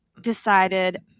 decided